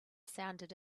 sounded